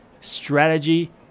strategy